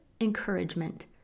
encouragement